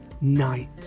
night